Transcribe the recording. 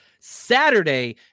saturday